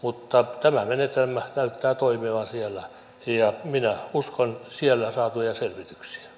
mutta tämä menetelmä näyttää toimivan siellä ja minä uskon sieltä saatuja selvityksiä